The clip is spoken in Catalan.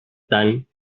tant